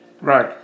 Right